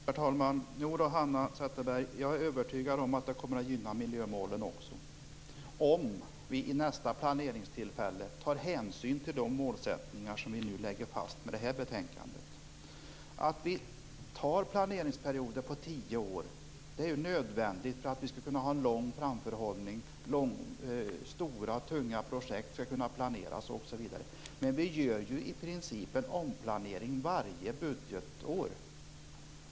Herr talman! Jodå, Hanna Zetterberg, jag är övertygad om att det kommer att gynna också miljömålen om vi vid nästa planeringstillfälle tar hänsyn till de målsättningar vi nu lägger fast med det här betänkandet. Att besluta om planeringsperioder på tio år är nödvändigt för att vi skall kunna ha en lång framförhållning, för att stora tunga projekt skall kunna planeras. Men vi gör ju i princip en omplanering varje budgetår.